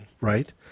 right